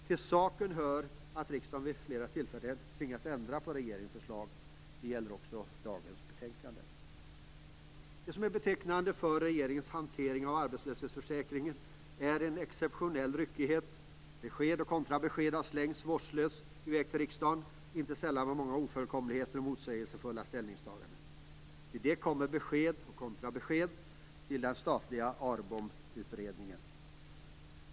Till saken hör att riksdagen vid flera tillfällen har tvingats ändra på regeringens förslag. Detta gäller också dagens betänkande. Det som är betecknande för regeringens hantering av arbetslöshetsförsäkringen är en exceptionell ryckighet. Besked och kontrabesked har slängts vårdslöst i väg till riksdagen, inte sällan med många ofullkomligheter och motsägelsefulla ställningstaganden. Till detta kommer besked och kontrabesked till den statliga ARBOM-utredningen.